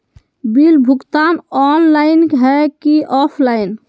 Bill भुगतान online है की ऑफलाइन?